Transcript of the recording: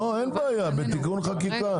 לא, אין בעיה, בתיקון חקיקה.